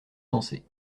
danser